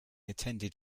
attended